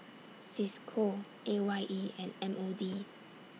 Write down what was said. CISCO A Y E and M O D